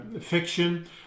fiction